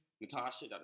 Natasha